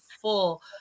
full